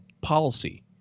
policy